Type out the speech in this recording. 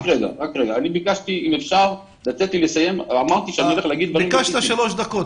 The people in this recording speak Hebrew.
ביקשת שלוש דקות.